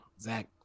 Zach